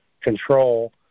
control